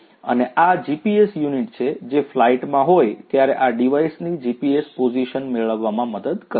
અને આ આ જીપીએસ યુનિટ છે જે ફ્લાઇટમાં હોય ત્યારે આ ડિવાઇસની જીપીએસ પોઝિશન મેળવવામાં મદદ કરશે